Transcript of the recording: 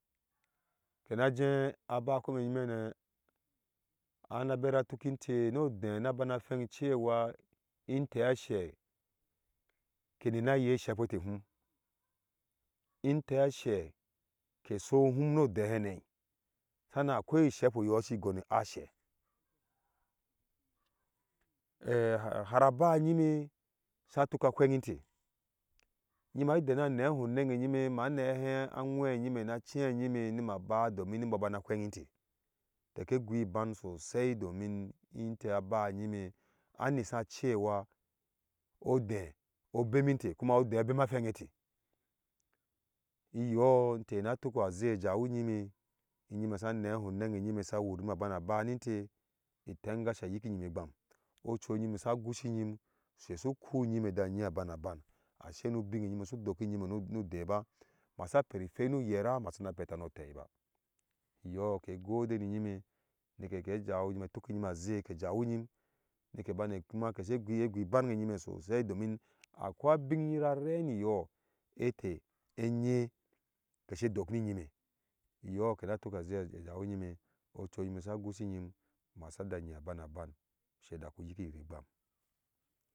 Kɛ na je aba kome nyimɛne ana bera tuki ntɛ noɔdeh na bana phei cewa intɛ ashɛ kɛ nima yei ishɛkpɛɛtɛ hm intɛ ashɛ ke sihum nuɔdohene sanan akoi ishɛkpɛ yɔɔ shi guni ashɛɛha ra aba e nyime satuki apheng intɛɛ nyima dena nehi onange nyime nima ba domin nabana apheng intɛɛ tɛɛ kɛ gui iban sosai domin intɛɛ aba ɛyime anisa cewa uɔdeh ɔbemi ntɛ kuma uɔdeh obema aphenge ntɛɛ iyɔɔ ntɛɛ na tuka ahe jawi nyime nyime sa nehi onange nyime sa wur nima bana ba ninte itengashe ayiki nyima igbam ɔchu ɛnyime shisa gusi nyim ushɛ su kui nyima jã nyi abana ban asɛi nu binge nyima su doki nyima nu udeh ba masa peri phei nu yɛváã masina petãã no ɔtɛi ba iyɔɔ ke tuki nyim a zɛɛ kɛ jawi nyim nike bani kuma kese gui gui ibange nyime sosai domin akoi abin raveyɔɔ ɛte eŋye kese dokni nyime iyɔɔ kena ze jawi nyime ɔchu nyime ma sisa gusi nyim masija nyi aban-aban.